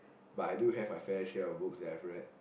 but I do my fair share of book that I have read